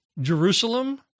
Jerusalem